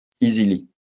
easily